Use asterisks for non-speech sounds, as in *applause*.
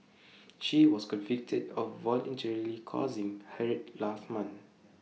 *noise* she was convicted of voluntarily causing hurt last month